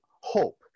hope